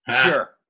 Sure